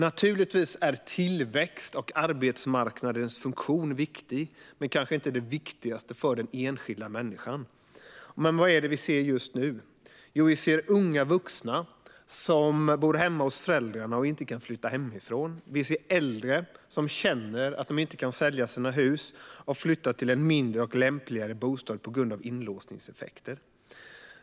Naturligtvis är tillväxt och arbetsmarknadens funktion viktiga saker men kanske inte det viktigaste för den enskilda människan. Men vad är det vi ser just nu? Vi ser unga vuxna som bor hemma hos föräldrarna och inte kan flytta hemifrån. Vi ser äldre som känner att de inte kan sälja sina hus och flytta till en mindre och lämpligare bostad på grund av inlåsningseffekter.